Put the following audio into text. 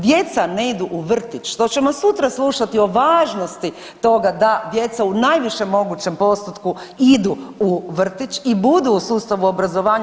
Djeca ne idu u vrtić, to ćemo sutra slušati o važnosti toga da djeca u najvišem mogućem postotku idu u vrtić i budu u sustavu obrazovanja.